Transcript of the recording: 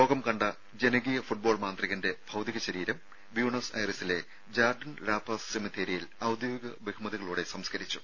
ലോകം കണ്ട ജനകീയ ഫുട്ബോൾ മാന്ത്രി കന്റെ ഭൌതികശരീരം ബ്യൂണസ് ഐറിസിലെ ജാർഡിൻ ലാപാസ് സെമിത്തേരിയിൽ ഔദ്യോഗിക ബഹുമതിക ളോടെ സംസ്കരിച്ചു